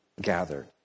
gathered